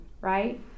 right